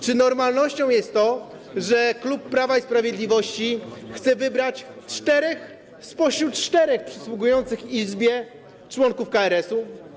Czy normalnością jest to, że klub Prawa i Sprawiedliwości chce wybrać czterech spośród czterech przysługujących izbie członków KRS-u?